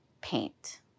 paint